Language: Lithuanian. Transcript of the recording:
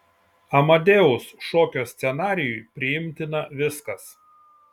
amadeus šokio scenarijui priimtina viskas